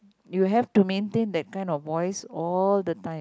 you have to maintain that kind of voice all the time